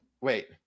Wait